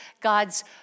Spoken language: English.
God's